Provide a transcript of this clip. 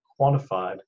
quantified